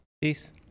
peace